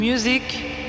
Music